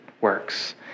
works